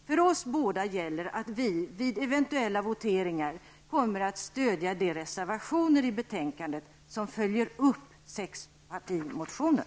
För oss båda gäller att vi vid eventuella voteringar kommer att stödja de reservationer till betänkandet som följer upp sexpartimotionen.